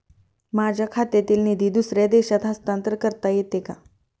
माझ्या खात्यातील निधी दुसऱ्या देशात हस्तांतर करता येते का?